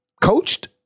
coached